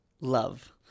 love